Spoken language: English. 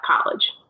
college